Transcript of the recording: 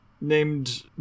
named